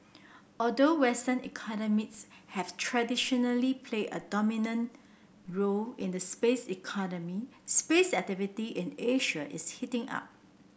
although western economies have traditionally played a dominant role in the space economy space activity in Asia is heating up